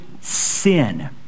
sin